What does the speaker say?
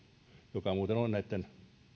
joka muuten on